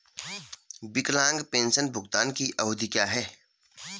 विकलांग पेंशन भुगतान की अवधि क्या है?